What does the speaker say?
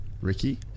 ricky